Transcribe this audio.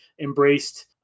embraced